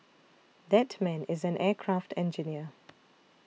that man is an aircraft engineer